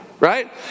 Right